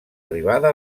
arribada